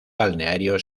balneario